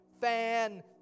Fan